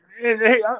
Hey